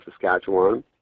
Saskatchewan